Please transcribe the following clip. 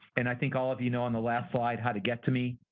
and i think all of you know on the last slide, how to get to me.